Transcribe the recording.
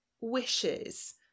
wishes